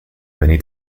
many